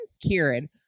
Kieran